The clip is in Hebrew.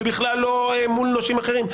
ובכלל לא מול נושים אחרים.